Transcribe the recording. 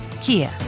Kia